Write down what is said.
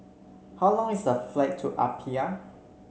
how long is a flight to Apia